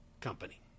Company